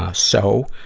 ah so?